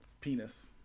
penis